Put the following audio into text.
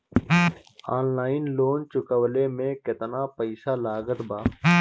Online loan चुकवले मे केतना पईसा लागत बा?